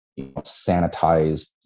sanitized